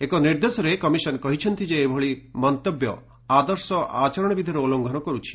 ଏକ ନିର୍ଦ୍ଦେଶରେ କମିଶନ କହିଛନ୍ତି ଯେ ଏଭଳି ମନ୍ତବ୍ୟ ଆଦର୍ଶ ଆଚରଣବିଧିର ଉଲ୍ଲ୍ଲଂଘନ କରୁଛି